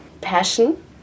passion